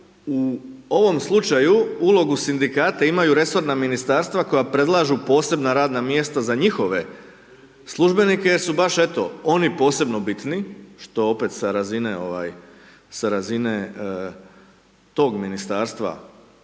u ovom slučaju ulogu sindikata imaju resorna ministarstva koja predlažu posebna radna mjesta za njihove službenike jer su baš eto, oni posebno bitni što opet sa razine tog ministarstva